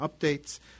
updates